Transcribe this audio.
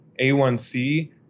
A1C